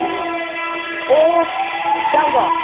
ꯏꯌꯦ ꯑꯣ ꯏꯇꯥꯎꯔꯣ